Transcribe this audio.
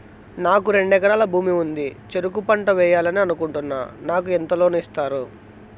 నాకు రెండు ఎకరాల భూమి ఉంది, చెరుకు పంట వేయాలని అనుకుంటున్నా, నాకు ఎంత లోను ఇస్తారు?